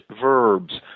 verbs